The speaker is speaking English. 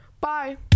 Bye